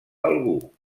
algú